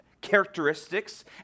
characteristics